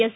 S